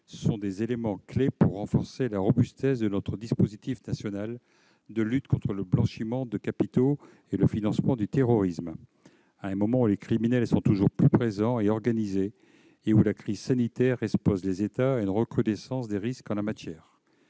sont des éléments-clés pour renforcer la robustesse de notre dispositif national de lutte contre le blanchiment de capitaux et le financement du terrorisme (LBC-FT), à un moment où les criminels sont toujours présents et organisés et où la crise sanitaire expose les États à une recrudescence des risques en la matière.